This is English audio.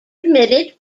admitted